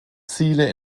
ziele